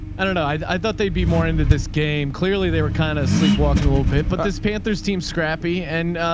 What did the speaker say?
i don't know. i thought they'd be more into this game. clearly they were kind of sleepwalking a little bit, but this panthers team scrappy and